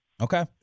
Okay